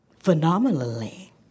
Phenomenally